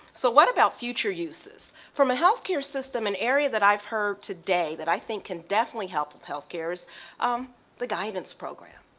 so what about future uses for a healthcare system an area that i've heard today that i think can definitely help healthcare is the guidance program.